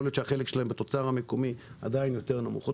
יכול להיות שהחלק שלהם בתוצר המקומי עדיין נמוך יותר.